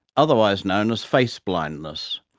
otherwise known as face blindness.